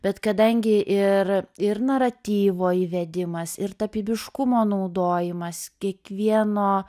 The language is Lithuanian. bet kadangi ir ir naratyvo įvedimas ir tapybiškumo naudojimas kiekvieno